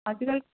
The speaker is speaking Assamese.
আজিকালি